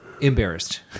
embarrassed